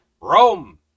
rome